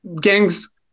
gangs